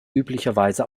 üblicherweise